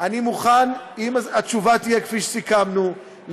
אם התשובה תהיה כפי שסיכמנו,